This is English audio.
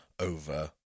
over